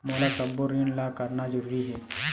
मोला सबो ऋण ला करना जरूरी हे?